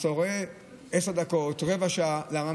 אז אתה רואה עשר דקות, רבע שעה.